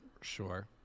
Sure